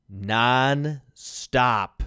nonstop